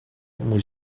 muy